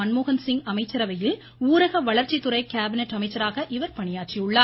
மன்மோகன்சிங் அமைச்சரவையில் ஊரக வளர்ச்சித்துறை காபினெட் அமைச்சராக பணியாற்றியுள்ளார்